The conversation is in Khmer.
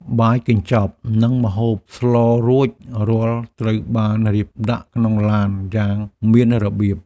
បាយកញ្ចប់ និងម្ហូបស្លរួចរាល់ត្រូវបានរៀបដាក់ក្នុងឡានយ៉ាងមានរបៀប។